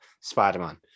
Spider-Man